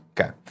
Okay